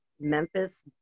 Memphis